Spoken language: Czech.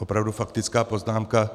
Opravdu faktická poznámka.